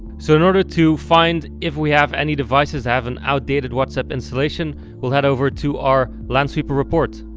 so in order to find if we have any devices have an outdated whatsapp installation we'll head over to our lansweeper report.